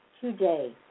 today